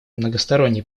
многосторонний